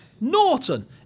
Norton